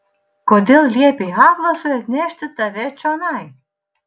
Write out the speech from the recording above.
kodėl liepei atlasui atnešti tave čionai